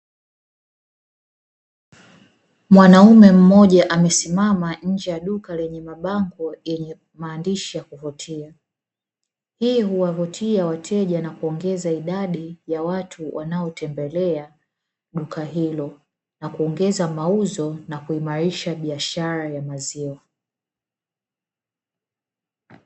Mwanaume mmoja amesimama nje ya duka lenye mabango yenye maandishi ya kuvutia, hii huwavutia wateja na kuongeza idadi ya watu wanaotembelea duka hilo, na kuongeza mauzo na kuimarisha biashara ya maziwa.